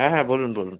হ্যাঁ হ্যাঁ বলুন বলুন